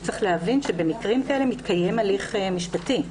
שצריך להבין שבמקרים כאלה מתקיים הליך משפטי.